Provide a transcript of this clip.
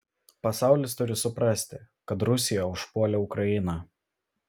pasaulis turi suprasti kad rusija užpuolė ukrainą